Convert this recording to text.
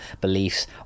beliefs